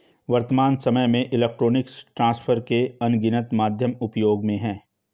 वर्त्तमान सामय में इलेक्ट्रॉनिक ट्रांसफर के अनगिनत माध्यम उपयोग में हैं